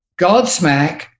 Godsmack